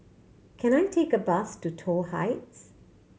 can I take a bus to Toh Heights